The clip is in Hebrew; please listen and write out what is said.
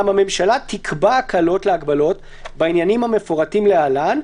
הממשלה תקבע הקלות להגבלות בעניינים המפורטים להלן,